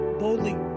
Boldly